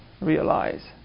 realize